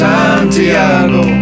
Santiago